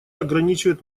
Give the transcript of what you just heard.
ограничивает